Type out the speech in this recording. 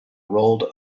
rolled